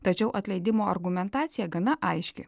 tačiau atleidimo argumentacija gana aiški